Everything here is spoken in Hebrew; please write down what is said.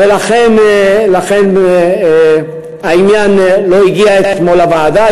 ולכן העניין לא הגיע אתמול לוועדה.